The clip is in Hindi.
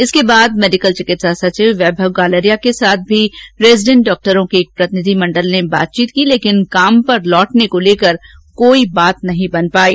इसके बाद मेडिकल चिकित्सा सचिव वैभव गालरिया के साथ भी रेजीडेंट डॉक्टरों के एक प्रतिनिधि मंडल ने बातचीत की लेकिन काम पर लौटने को लेकर कोई बात नहीं बन पायी